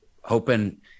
hoping